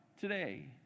today